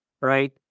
right